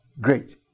great